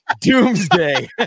doomsday